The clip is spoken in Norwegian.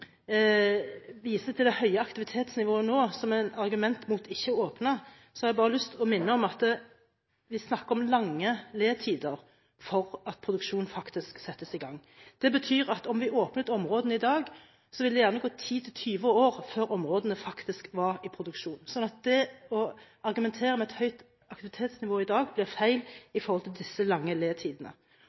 viser til det høye aktivitetsnivået nå, som er argument mot ikke å åpne, har jeg bare lyst til å minne om at vi snakker om lange le-tider for at produksjonen faktisk settes i gang. Det betyr at om vi åpnet områdene i dag, ville det gjerne gå 10–20 år før områdene faktisk var i produksjon. Det å argumentere med et høyt aktivitetsnivå i dag, blir feil i forhold til disse lange